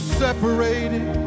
separated